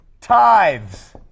tithes